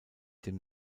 dem